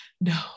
no